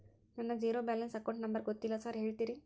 ನನ್ನ zero balance account number ಗೊತ್ತಿಲ್ಲ sir ಹೇಳ್ತೇರಿ?